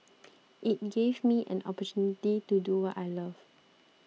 it gave me an opportunity to do what I love